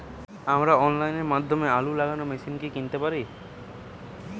আমরা অনলাইনের মাধ্যমে আলু লাগানো মেশিন কি কিনতে পারি?